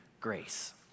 grace